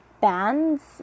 bands